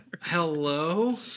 Hello